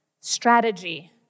strategy